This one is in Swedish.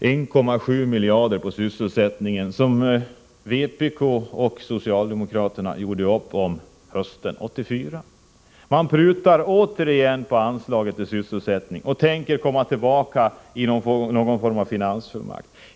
1,7 miljarder kronor på sysselsättningen, vilket vpk och socialdemokraterna gjorde upp om hösten 1984. Man prutar återigen på anslaget till sysselsättning och ämnar återkomma med någon form av finansfullmakt.